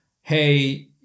Hey